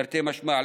תרתי משמע,